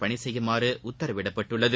பணி செய்யுமாறு உத்தரவிடப்பட்டுள்ளது